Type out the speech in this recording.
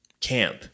camp